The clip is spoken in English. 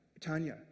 Tanya